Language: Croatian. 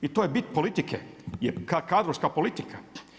I to je bit politike, kadrovska politika.